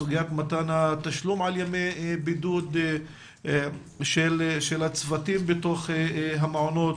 סוגיית מתן התשלום על ימי בידוד של צוותים בתוך המעונות